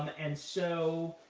and so